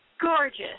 gorgeous